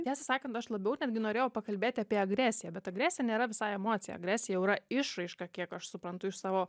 tiesą sakant aš labiau netgi norėjau pakalbėti apie agresiją bet agresija nėra visai emocija agresija jau yra išraiška kiek aš suprantu iš savo